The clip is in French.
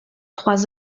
trois